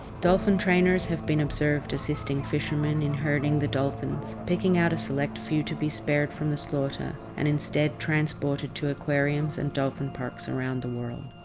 dolphin trainers have been observed assisting fishermen in herding the dolphins, picking out a select few to be spared from the slaughter and instead transported to aquariums and dolphin parks around the world.